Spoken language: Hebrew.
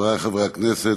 חברי חברי הכנסת,